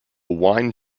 wine